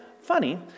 funny